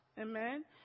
Amen